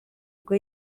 ubwo